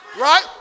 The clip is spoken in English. Right